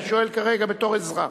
אני שואל כרגע בתור אזרח.